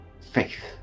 faith